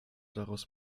daraus